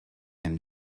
him